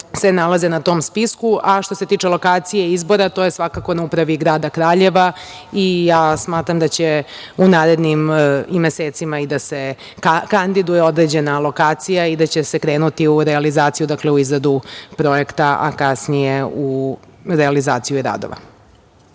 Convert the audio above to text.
se nalaze na tom spisku. Što se tiče lokacije i izbora, to je svakako na upravi grada Kraljeva i ja smatram da će u narednim mesecima i da se kandiduje određena lokacija i da će se krenuti u realizaciju, u izradu projekta, a kasnije u realizaciju i radova.